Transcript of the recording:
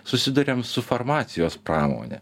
susiduriam su farmacijos pramone